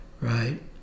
right